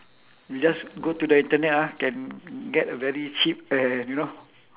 we just go to the internet ah can get a very cheap and you know